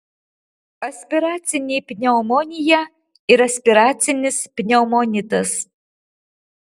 aspiracinė pneumonija ir aspiracinis pneumonitas